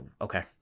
okay